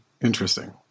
interesting